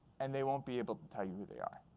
and they won't be able to tell you who they are.